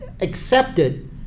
accepted